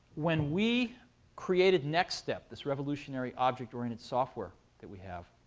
when we created nextstep, this revolutionary ah object-oriented software that we have,